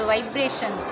Vibration